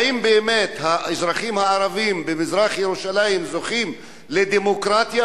האם באמת האזרחים הערבים במזרח-ירושלים זוכים לדמוקרטיה,